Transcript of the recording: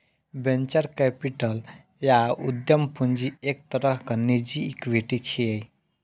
venture capital या उद्यम पूंजी एक तरहक निजी इक्विटी छियै